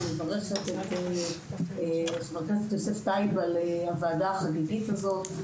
אני מברכת את יוסף טייב על הוועדה החגיגית הזאת.